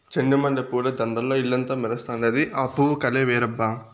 చెండు మల్లె పూల దండల్ల ఇల్లంతా మెరుస్తండాది, ఆ పూవు కలే వేరబ్బా